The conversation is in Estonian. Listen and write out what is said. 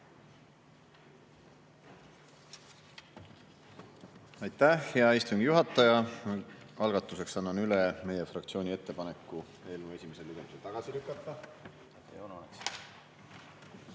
Aitäh, hea istungi juhataja! Algatuseks annan üle meie fraktsiooni ettepaneku eelnõu esimesel lugemisel tagasi